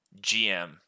GM